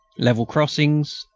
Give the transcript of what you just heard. level crossings,